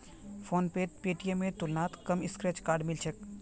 फोनपेत पेटीएमेर तुलनात कम स्क्रैच कार्ड मिल छेक